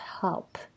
help